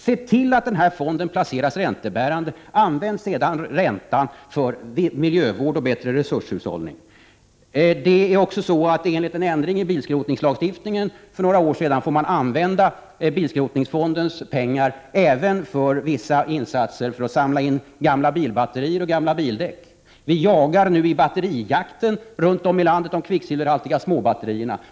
Se till att fonden placeras så att den blir räntebärande, och använd sedan räntan för miljövård och bättre resurshushållning! Enligt en ändring i bilskrotningslagstiftningen för några år sedan får bilskrotningsfondens pengar användas även för vissa insatser för att samla in gamla bilbatterier och gamla bildäck. Vi jagar nu i batterijakten runt om i landet de kvicksilverhaltiga småbatterierna.